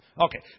Okay